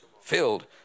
filled